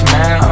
Man